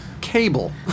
cable